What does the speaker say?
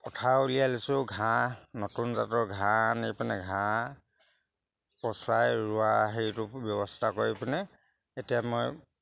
পথাৰ উলিয়াই লৈছোঁ ঘাঁহ নতুন জাতৰ ঘাঁহ আনি পিনে ঘাঁহ পচাই ৰোৱা হেৰিটো ব্যৱস্থা কৰি পিনে এতিয়া মই